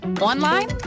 online